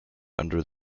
under